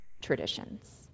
traditions